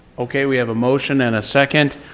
okay we have a motion and a second.